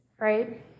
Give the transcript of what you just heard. right